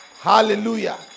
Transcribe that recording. Hallelujah